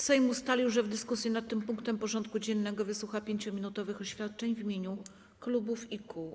Sejm ustalił, że w dyskusji nad tym punktem porządku dziennego wysłucha 5-minutowych oświadczeń w imieniu klubów i kół.